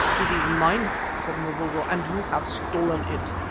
it is mine, said mavovo, and you have stolen it.